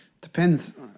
Depends